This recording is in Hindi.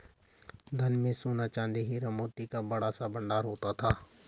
धन में सोना, चांदी, हीरा, मोती का बड़ा सा भंडार होता था